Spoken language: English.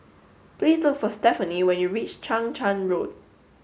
please look for Stephanie when you reach Chang Charn Road